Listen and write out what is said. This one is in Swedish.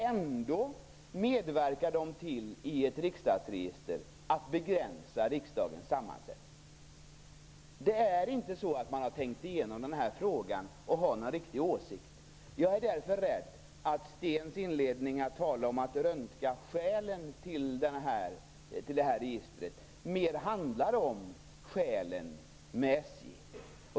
Ändå medverkar de till att i ett riksdagsregister begränsa riksdagens sammansättning. Man har inte tänkt igenom den här frågan och har inte någon riktig åsikt. Jag är därför rädd att Sten Anderssons inledning om att röntga skälen för det här registret handlar mer om själen.